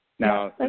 Now